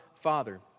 Father